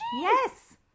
yes